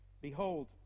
Behold